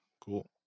cool